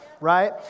right